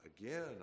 Again